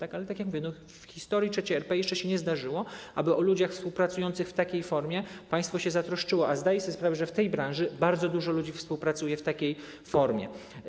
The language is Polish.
Ale tak jak mówię, w historii III RP jeszcze się nie zdarzyło, aby o ludzi współpracujących w takiej formie państwo się zatroszczyło, a zdaję sobie sprawę, że w tej branży bardzo dużo ludzi współpracuje w takiej formie.